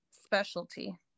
specialty